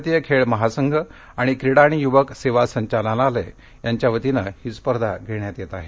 भारतीय खेळ महासंघ आणि क्रीडा आणि युवक सेवा संचालनालय यांच्या वतीनं ही स्पर्धा घेण्यात येत आहे